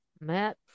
Matt